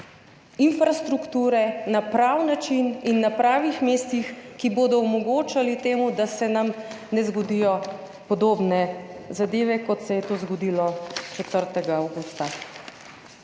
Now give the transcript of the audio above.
infrastrukture na pravi način in na pravih mestih, ki bo omogočala to, da se nam ne zgodijo podobne zadeve, kot se je to zgodilo 4. avgusta.